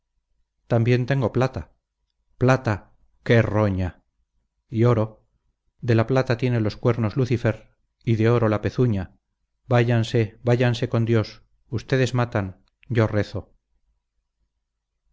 también tengo plata plata qué roña y oro de plata tiene los cuernos lucifer y de oro la pezuña váyanse váyanse con dios ustedes matan yo rezo